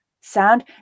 sound